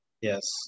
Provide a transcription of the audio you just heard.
yes